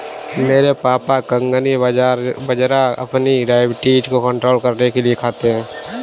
मेरे पापा कंगनी बाजरा अपनी डायबिटीज को कंट्रोल करने के लिए खाते हैं